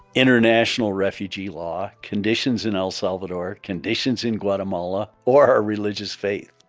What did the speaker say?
international refugee law, conditions in el salvador, conditions in guatemala or our religious faith.